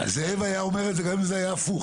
זאב היה אומר את זה גם אם זה היה הפוך.